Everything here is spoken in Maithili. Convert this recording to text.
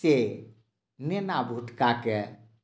से नेना भुटकाकेँ